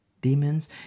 Demons